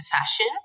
fashion